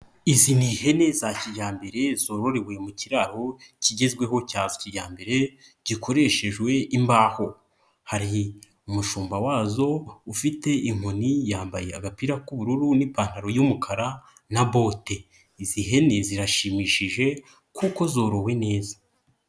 Izi ni ihene za kijyambere, zororewe mu kiraro kigezweho cya kijyambere, gikoreshejwe imbaho, hari umushumba wazo ufite inkoni, yambaye agapira k'ubururu n'ipantaro y'umukara na bote, izi hene zirashimishije kuko zorowe neza.